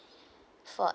for